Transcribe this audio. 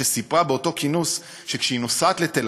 שסיפרה באותו כינוס שכשהיא נוסעת לתל